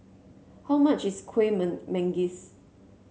how much is Kueh Men Manggis